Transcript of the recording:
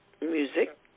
music